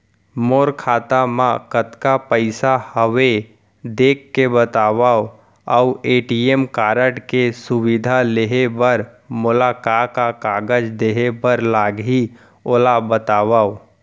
मोर खाता मा कतका पइसा हवये देख के बतावव अऊ ए.टी.एम कारड के सुविधा लेहे बर मोला का का कागज देहे बर लागही ओला बतावव?